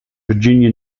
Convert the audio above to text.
virginia